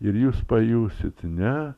ir jūs pajusit ne